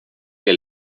que